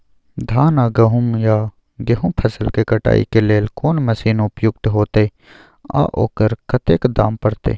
धान आ गहूम या गेहूं फसल के कटाई के लेल कोन मसीन उपयुक्त होतै आ ओकर कतेक दाम परतै?